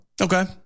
Okay